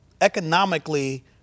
economically